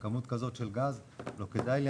עם כמות כזאת של גז לא כדאי לי,